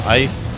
ice